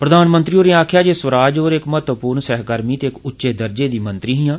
प्रधानमंत्री होरें आक्खेआ जे स्वराज होर इक महत्वपूर्ण सहकर्मी ते इक उच्चे दर्जे दी मंत्री हिआं